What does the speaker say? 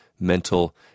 mental